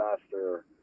faster